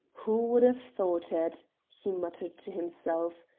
who would have thought it? he muttered to himself.